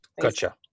Gotcha